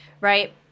right